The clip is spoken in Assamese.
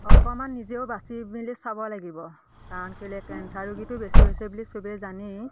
অকণমান নিজেও বাছি মেলি চাব লাগিব কাৰণ কেলৈ কেঞ্চাৰ ৰোগীটো বেছি হৈছে বুলি চবেই জানেই